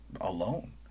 alone